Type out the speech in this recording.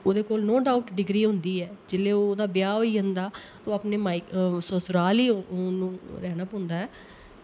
ओह्दे कोल no doubt degree होंदी ऐ जिल्लै ओह् ओह्दा ब्याह् होई जंदा ओह् अपने मायके ससुराल ही ओह्नू रैह्ना पौंदा ऐ